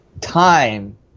time